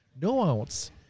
no-ounce